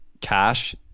cash